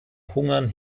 hungern